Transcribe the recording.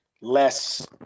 less